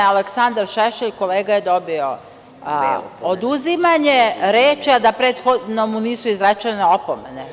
Aleksandar Šešelj, kolega, je dobio oduzimanje reči, a prethodno mu nisu izrečene opomene.